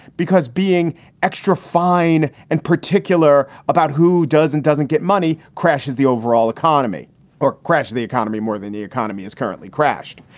because being extra fine and particular about who doesn't doesn't get money crashes the overall economy or crashed the economy more than the economy is currently crashed.